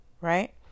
right